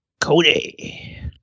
cody